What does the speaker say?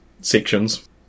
sections